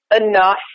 enough